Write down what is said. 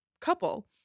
couple